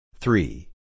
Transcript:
Three